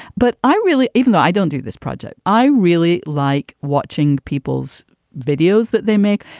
but i really even though i don't do this project, i really like watching people's videos that they make,